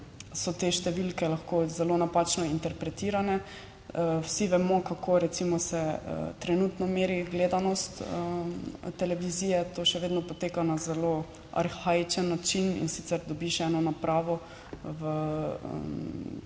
so te številke lahko zelo napačno interpretirane. Vsi vemo, kako recimo se trenutno meri gledanost televizije, to še vedno poteka na zelo arhaičen način, in sicer dobiš eno napravo,